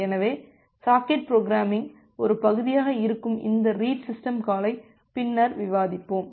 எனவே socket programming ஒரு பகுதியாக இருக்கும் இந்த ரீட் சிஸ்டம் காலை பின்னர் விவாதிப்போம்